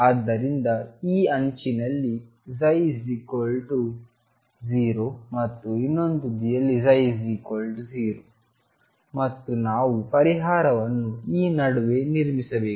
ಆದ್ದರಿಂದ ಈ ಅಂಚಿನಲ್ಲಿ ψ 0 ಮತ್ತು ಇನ್ನೊಂದು ತುದಿಯಲ್ಲಿ ψ 0 ಮತ್ತು ನಾವು ಪರಿಹಾರವನ್ನು ಈ ನಡುವೆ ನಿರ್ಮಿಸಬೇಕು